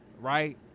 right